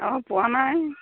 অঁ পোৱা নাই